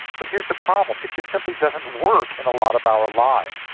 but here's the problem it just simply doesn't work in a lot of our lives.